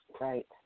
Right